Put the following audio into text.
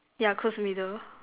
yeah close to middle